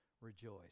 rejoice